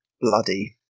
bloody